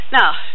Now